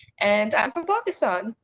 and i'm from pakistan!